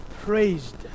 praised